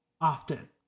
often